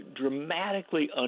dramatically